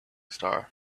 star